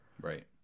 right